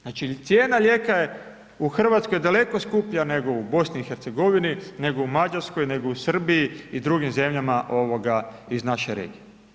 Znači, cijena lijeka je u RH daleko skuplja nego u BiH, nego u Mađarskoj, nego u Srbiji i drugim zemljama iz naše regije.